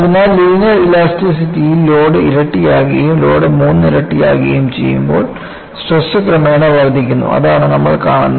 അതിനാൽ ലീനിയർ ഇലാസ്റ്റിസിറ്റിയിൽ ലോഡ് ഇരട്ടിയാകുകയും ലോഡ് മൂന്നിരട്ടിയാകുകയും ചെയ്യുമ്പോൾ സ്ട്രെസ് ക്രമേണ വർദ്ധിക്കുന്നു അതാണ് നമ്മൾ കാണുന്നത്